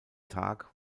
tag